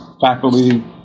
faculty